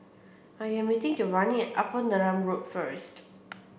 I am meeting Giovani Upper Neram Road first